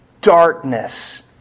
darkness